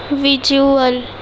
visual